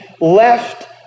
left